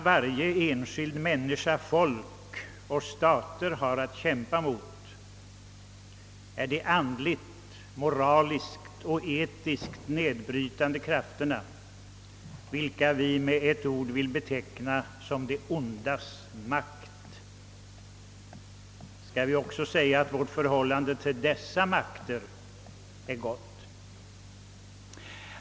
Varje enskild människa, folk och stater har att kämpa mot de andligt, moraliskt och etiskt nedbrytande krafterna, vilka vi med ett ord vill beteckna som det ondas makt. Skall vi också säga att vårt förhållande till dessa makter är gott?